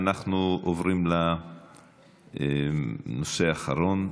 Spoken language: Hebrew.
אנחנו עוברים לנושא האחרון,